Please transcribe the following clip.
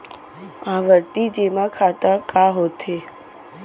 आवर्ती जेमा खाता का होथे?